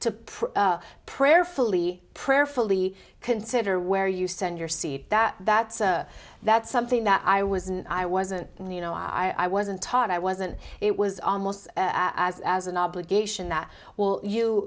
to prayerfully prayerfully consider where you send your seat that that's a that's something that i was and i wasn't you know i wasn't taught i wasn't it was almost as as an obligation that will you